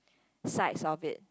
sides of it